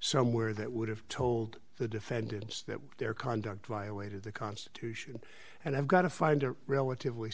somewhere that would have told the defendants that their conduct violated the constitution and i've got to find a relatively